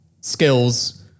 skills